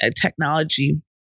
technology